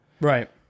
Right